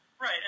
right